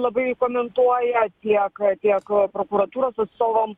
labai komentuoja tiek tiek prokuratūros atstovam